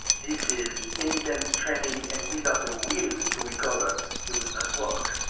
this is intense training, and without the will to recover they would not walk.